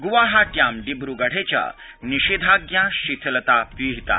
ग्वाहाट्याम् डिब्र्गढे च निषेधाज्ञा शिथिलता विहिता